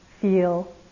feel